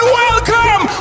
welcome